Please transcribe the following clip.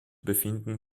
befinden